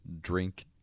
drink